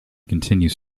continues